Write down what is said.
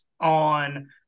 on